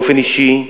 באופן אישי,